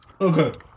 Okay